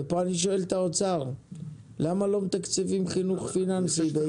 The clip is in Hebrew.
אני שואל את משרד האוצר: למה לא מתקצבים חינוך פיננסי בישראל?